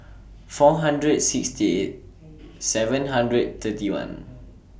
four hundred sixty eight seven hundred thirty one